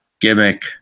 gimmick